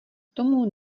tomu